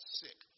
sick